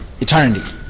eternity